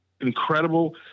incredible